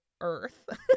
earth